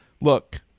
Look